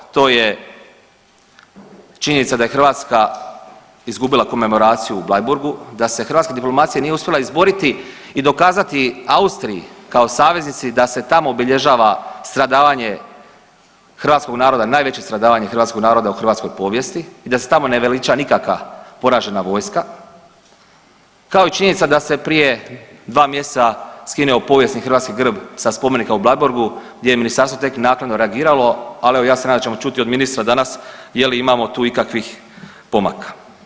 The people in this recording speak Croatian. To je činjenica da je Hrvatska izgubila komemoraciju u Bleiburgu, da se hrvatska diplomacija nije uspjela izboriti i dokazati Austriji kao saveznici da se tamo obilježava stradavanje hrvatskog naroda, najveće stradavanje hrvatskog naroda u hrvatskoj povijesti i da se tamo ne veliča nikakva poražena vojska, kao i činjenica da se prije dva mjeseca skinuo povijesni hrvatski grb sa spomenika u Bleiburgu gdje je ministarstvo tek naknadno reagiralo, ali evo ja se nadam da ćemo čuti od ministra danas je li imamo tu ikakvih pomaka.